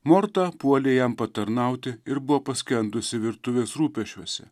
morta puolė jam patarnauti ir buvo paskendusi virtuvės rūpesčiuose